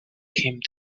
came